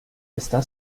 está